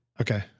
Okay